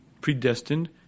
predestined